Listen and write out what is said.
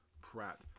Pratt